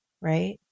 Right